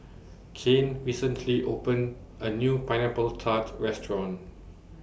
Cain recently opened A New Pineapple Tart Restaurant